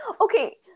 Okay